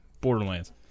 Borderlands